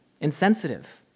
insensitive